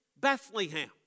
Bethlehem